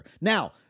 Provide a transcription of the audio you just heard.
Now